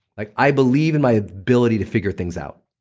like i believe in my ability to figure things out.